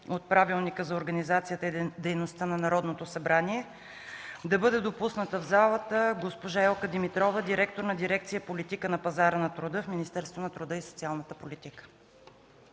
от Правилника за организацията и дейността на Народното събрание да бъде допусната в залата госпожа Елка Димитрова – директор на дирекция „Политика на пазара на труда” в Министерството на труда и социалната политика.